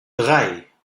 drei